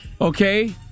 Okay